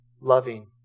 loving